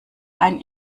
ein